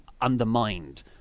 undermined